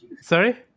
Sorry